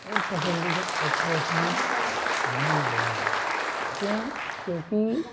और पसंदीदा एक्ट्रेस हैं हेमा मालिनी क्यों क्योंकि